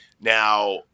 Now